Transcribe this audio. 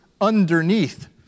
underneath